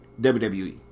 WWE